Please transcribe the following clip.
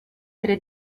tre